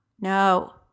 no